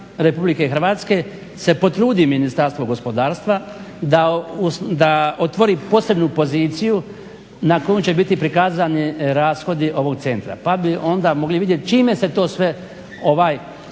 proračuna RH se potrudi Ministarstvo gospodarstva da otvori posebnu poziciju na kojoj će biti prikazani rashodi ovog centra pa bi onda mogli vidjeti čime se to sve ovaj